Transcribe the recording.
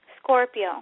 Scorpio